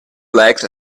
legs